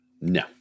No